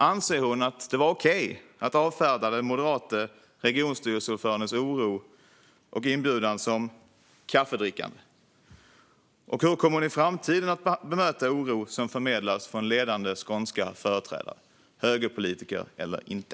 Anser hon att det var okej att avfärda den moderate regionstyrelseordförandens oro och inbjudan som kaffedrickande? Hur kommer hon i framtiden att bemöta oro som förmedlas från ledande skånska företrädare, högerpolitiker eller inte?